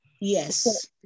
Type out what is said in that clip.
Yes